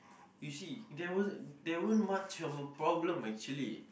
you see there were there weren't much of a problem actually